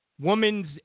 woman's